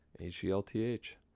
h-e-l-t-h